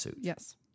yes